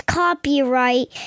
copyright